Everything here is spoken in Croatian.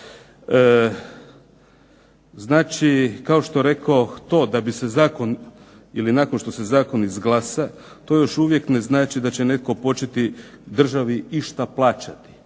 Znači, kao što rekoh to da bi se zakon ili nakon što se zakon izglasa to još uvijek ne znači da će netko početi državi išta plaćati.